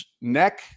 neck